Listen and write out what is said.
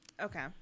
Okay